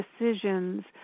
decisions